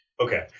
Okay